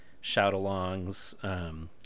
shout-alongs